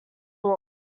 all